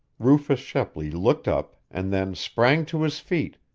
rufus shepley looked up, and then sprang to his feet,